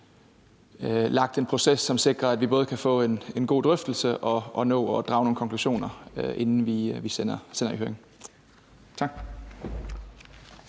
en proces, som sikrer, at vi både kan få en god drøftelse og nå at drage nogle konklusioner, inden vi sender i høring. Kl.